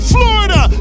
Florida